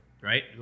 right